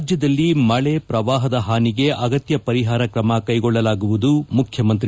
ರಾಜ್ಯದಲ್ಲಿ ಮಳೆ ಪ್ರವಾಹದ ಹಾನಿಗೆ ಅಗತ್ಯ ಪರಿಹಾರ ಕ್ರಮ ಕೈಗೊಳ್ಳಲಾಗುವುದು ಮುಖ್ಯಮಂತ್ರಿ